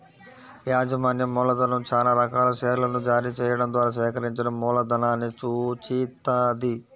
యాజమాన్య మూలధనం చానా రకాల షేర్లను జారీ చెయ్యడం ద్వారా సేకరించిన మూలధనాన్ని సూచిత్తది